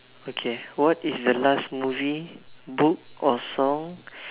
okay what is the last movie book or song